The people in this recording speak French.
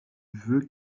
veut